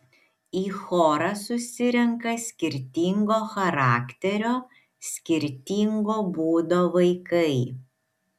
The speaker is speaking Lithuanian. į chorą susirenka skirtingo charakterio skirtingo būdo vaikai